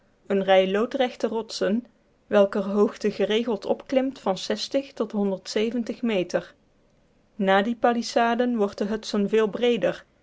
eene rij loodrechte rotsen welker hoogte geregeld opklimt van meter na die palissaden wordt de hudson veel breeder